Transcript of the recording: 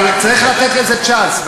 אבל צריך לתת לזה צ'אנס.